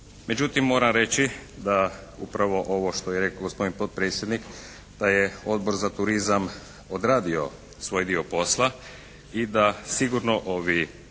Međutim, moram reći da upravo ovo što je rekao gospodin potpredsjednik da je Odbor za turizam odradio svoj dio posla i da sigurno ovi